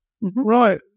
Right